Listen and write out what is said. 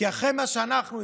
כי אחרי מה שאנחנו,